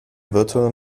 virtual